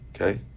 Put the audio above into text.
Okay